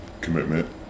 commitment